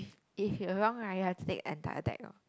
if you're wrong right you have to take entire deck hor